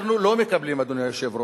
אנחנו לא מקבלים, אדוני היושב-ראש,